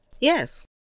yes